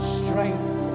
strength